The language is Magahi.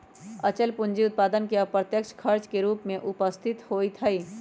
अचल पूंजी उत्पादन में अप्रत्यक्ष खर्च के रूप में उपस्थित होइत हइ